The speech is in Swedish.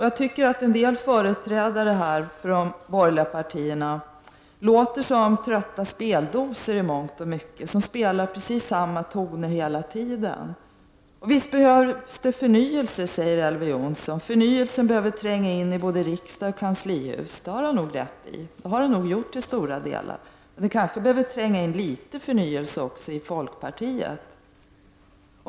Jag tycker att en del företrädare för de borgerliga partierna i mångt och mycket låter som trötta speldosor, som spelar precis samma toner hela tiden. Visst behövs det förnyelse, säger Elver Jonsson, och förnyelsen behöver tränga in i både riksdag och kanslihus. Det har han nog rätt i, och så har nog också skett till stora delar. Men kanske behöver det också tränga in litet förnyelse i folkpartiet.